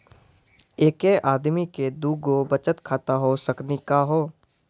एके आदमी के दू गो बचत खाता हो सकनी का हो?